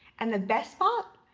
and the best part?